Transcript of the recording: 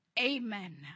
Amen